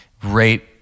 Great